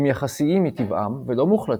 הם יחסיים מטבעם ולא מוחלטים,